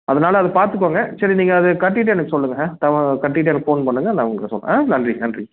அதனால அது பார்த்துக்கோங்க சரி நீங்கள் அது கட்டிகிட்டு எனக்கு சொல்லுங்க த கட்டிகிட்டு எனக்கு ஃபோன் பண்ணுங்க நான் உங்களுக்கு சொல்கிறேன் ஆ நன்றி நன்றி